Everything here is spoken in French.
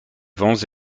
vents